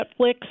Netflix